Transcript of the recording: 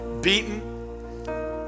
Beaten